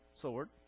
sword